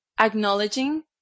acknowledging